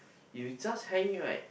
you just hang right